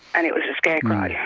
and it was a scarecrow, yeah